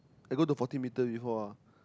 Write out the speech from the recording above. I go to forty meter before ah